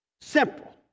Simple